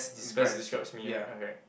best describes me right okay